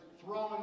throwing